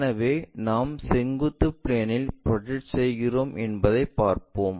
எனவே நாம் செங்குத்து பிளேன்இல் ப்ரொஜெக்ட் செய்கிறோம் என்பதை பார்ப்போம்